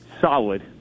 solid